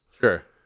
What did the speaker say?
Sure